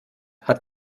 hat